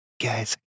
guys